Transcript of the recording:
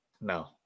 no